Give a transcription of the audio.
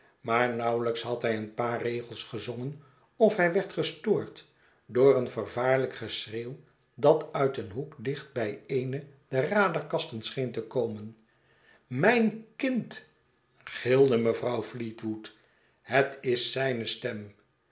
maar nauwelijks had hij een paar regels gezongen of hij werd gestoord door een vervaarlijk geschreeuw dat uit een hoek dicht bij eene der raderkasten seheen te komen mijn kind gilde mevrouw fleetwood het is zijne stem